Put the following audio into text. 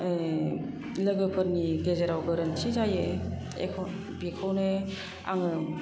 लोगोफोरनि गेजेराव गोरोन्थि जायो बेखौनो आङो